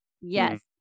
yes